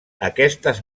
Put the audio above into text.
aquestes